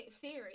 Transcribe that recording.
theory